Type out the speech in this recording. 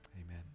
amen